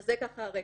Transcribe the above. זה ככה הרקע.